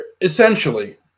essentially